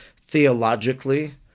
theologically